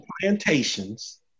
plantations